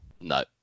No